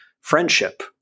friendship